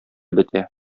бетә